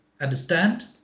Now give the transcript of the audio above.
understand